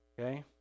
Okay